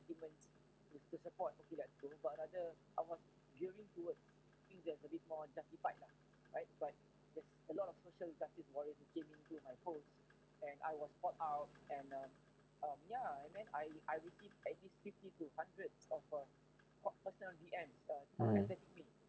mm